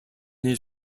his